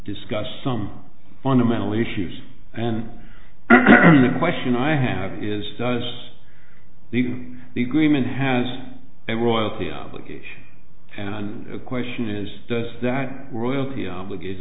discuss some fundamental issues and the question i have is does the do the agreement has a royalty obligation and the question is does that royalty obligat